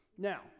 Now